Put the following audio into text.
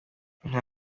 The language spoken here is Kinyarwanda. inka